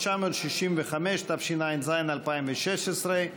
התשע"ז 2016,